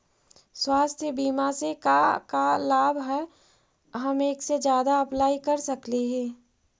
स्वास्थ्य बीमा से का क्या लाभ है हम एक से जादा अप्लाई कर सकली ही?